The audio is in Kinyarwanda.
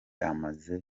amaze